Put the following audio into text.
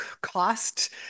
cost